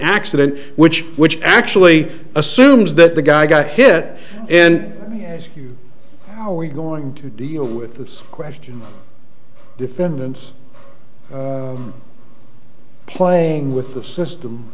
accident which which actually assumes that the guy got hit and we're going to deal with this question dependants playing with the system